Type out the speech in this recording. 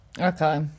Okay